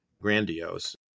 grandiose